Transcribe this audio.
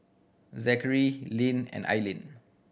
Zackary Linn and Eileen